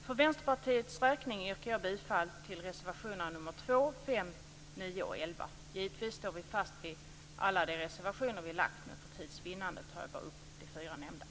För Vänsterpartiets räkning yrkar jag bifall till reservationerna nr 2, 5, 9 och 11. Givetvis står vi fast vid alla de reservationer som vi har avgivit, men för tids vinnande tar jag bara upp de fyra nu nämnda.